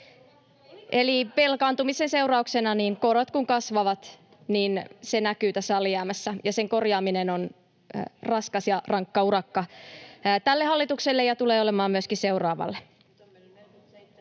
kun velkaantumisen seurauksena korot kasvavat, niin se näkyy tässä alijäämässä. Sen korjaaminen on raskas ja rankka urakka tälle hallitukselle ja tulee olemaan myöskin seuraavalle.